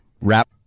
Wrap